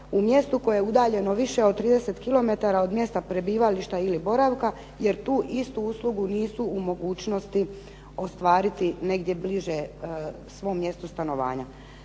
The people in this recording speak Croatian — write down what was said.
u mjestu koje je udaljeno više od 30 km od mjesta prebivališta ili boravka jer tu istu uslugu nisu u mogućnosti ostvariti negdje bliže svom mjestu stanovanja.